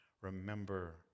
remember